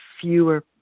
fewer